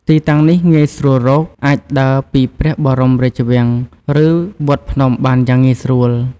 ទីតាំងនេះងាយស្រួលរក អាចដើរពីព្រះបរមរាជវាំង ឬវត្តភ្នំបានយ៉ាងងាយស្រួល។